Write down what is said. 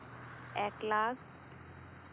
ᱮᱠ ᱞᱟᱠᱷ